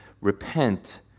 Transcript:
repent